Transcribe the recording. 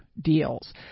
deals